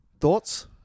Thoughts